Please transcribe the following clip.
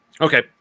Okay